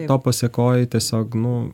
to pasekoj tiesiog nu